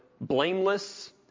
blameless